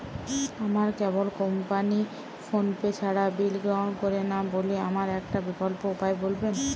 আমার cable company PhonePe ছাড়া bill গ্রহণ করে না বলে আমার একটা বিকল্প উপায় বলবেন?